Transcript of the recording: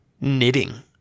knitting